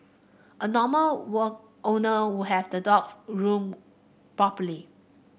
a normal were owner would have the dogs groomed properly